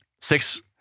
Six—